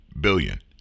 billion